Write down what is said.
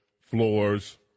floors